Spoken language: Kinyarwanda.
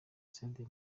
sadio